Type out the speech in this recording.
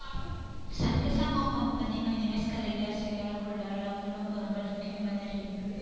संगे संग ओ कंपनी म निवेश करइया सेयर होल्डर ल घलोक बरोबर जोखिम बने रही